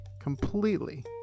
completely